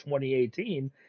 2018